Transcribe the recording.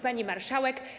Pani Marszałek!